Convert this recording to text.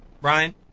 Brian